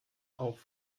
auf